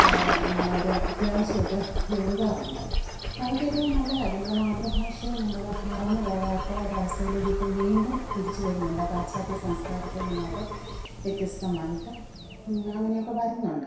അവര് അത്യാവശ്യമൊക്കെ എഴുതാറുണ്ട് അപ്പോള് അതൊക്കെ ഒരു നല്ല കാര്യം നമ്മുടെ മാതൃഭാഷയെ നമ്മള് മറന്നുപോകാത്ത ഒരു അവസ്ഥയിലേക്ക് ഇപ്പോള് വീണ്ടും തിരിച്ചു വരുന്നുണ്ട് ആ പാശ്ചാത്യ സംസ്ക്കാരത്തിൽ നിന്നൊക്കെ വ്യത്യസ്തമായിട്ട് അങ്ങനെയൊക്കെ വരുന്നുണ്ട്